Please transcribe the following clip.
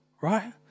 right